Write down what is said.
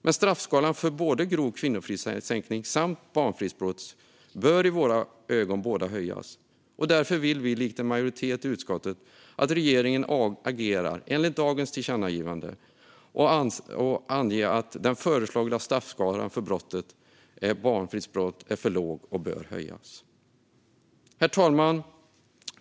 Men straffskalan både för grov kvinnofridskränkning och för barnfridsbrott bör i våra ögon höjas, och därför vill vi likt en majoritet av utskottet att regeringen agerar enligt dagens tillkännagivande och anger att den föreslagna straffskalan för brottet barnfridsbrott är för låg och bör höjas. Herr talman!